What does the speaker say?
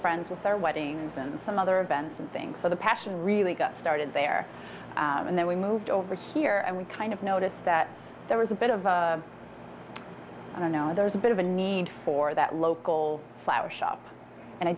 friends with their weddings and some other events and things so the passion really started there and then we moved over here and we kind of noticed that there was a bit of i don't know there's a bit of a need for that local flower shop and